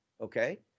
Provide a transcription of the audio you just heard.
okay